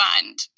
fund